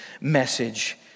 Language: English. message